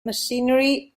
machinery